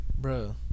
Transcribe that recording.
bro